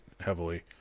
heavily